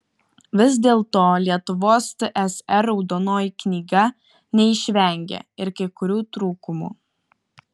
vis dėlto lietuvos tsr raudonoji knyga neišvengė ir kai kurių trūkumų